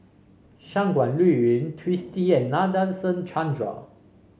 Shangguan Liuyun Twisstii and Nadasen Chandra